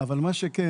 אבל מה שכן,